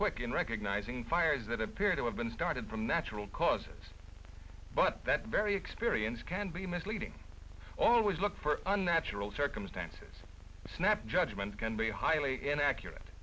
quick in recognizing fires that appear to have been started from natural causes but that very experience can be misleading always look for unnatural circumstances snap judgments can be highly inaccurate